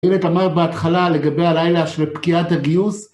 הנה תמר בהתחלה לגבי הלילה של פקיעת הגיוס.